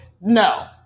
no